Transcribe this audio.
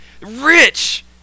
rich